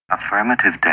Affirmative